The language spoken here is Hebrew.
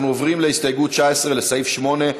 אנחנו עוברים להסתייגות 19, לסעיף 8,